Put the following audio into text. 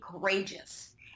courageous